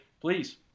Please